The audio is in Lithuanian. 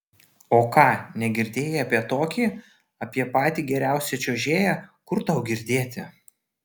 o ką negirdėjai apie tokį apie patį geriausią čiuožėją kur tau girdėti